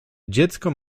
dziecko